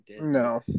No